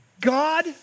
God